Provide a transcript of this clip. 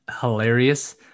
hilarious